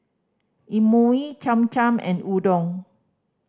Imoni Cham Cham and Udon